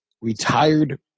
retired